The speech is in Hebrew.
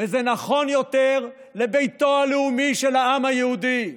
וזה נכון יותר לביתו הלאומי של העם היהודי.